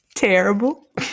terrible